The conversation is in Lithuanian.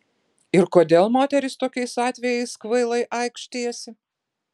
ir kodėl moterys tokiais atvejais kvailai aikštijasi